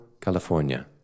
California